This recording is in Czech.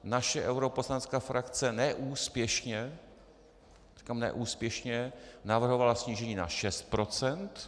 Naše europoslanecká frakce neúspěšně říkám neúspěšně navrhovala snížení na 6 %.